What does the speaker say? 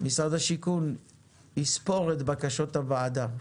שמשרד השיכון יספור את בקשות הוועדה,